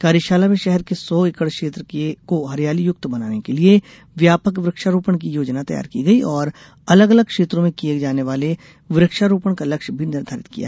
कार्यशाला में शहर के सौ एकड़ क्षेत्र को हरियाली युक्त बनाने के लिये व्यापक वुक्षारोपण की योजना तैयार की गयी और अलग अलग क्षेत्रों में किये जाने वाले वृक्षारोपण का लक्ष्य भी निर्धारित किया गया